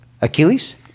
Achilles